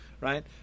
right